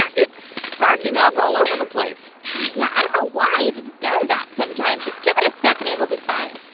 it's sparking up all over the place yeah, i don't know why. it just does that sometimes. just give it a second. it'll be fine